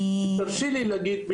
תרשי לי להגיד עוד